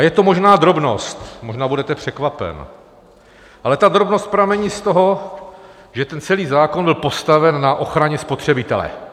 Je to možná drobnost, možná budete překvapen, ale ta drobnost pramení z toho, že celý zákon byl postaven na ochraně spotřebitele.